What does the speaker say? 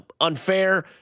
unfair